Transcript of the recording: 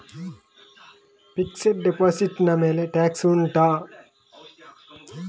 fixed deposit ನ ಮೇಲೆ tax ಉಂಟಾ